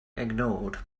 ignored